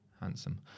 Handsome